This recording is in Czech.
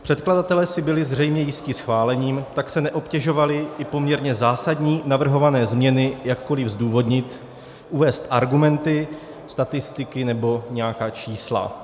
Předkladatelé si zřejmě byli jisti schválením, tak se neobtěžovali i poměrně zásadní navrhované změny jakkoli zdůvodnit, uvést argumenty, statistiky nebo nějaká čísla.